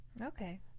Okay